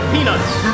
Peanuts